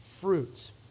fruits